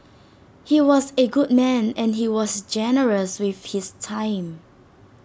he was A good man and he was generous with his time